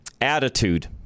Attitude